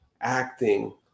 acting